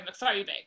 homophobic